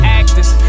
actors